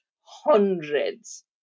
hundreds